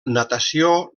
natació